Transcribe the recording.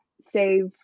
save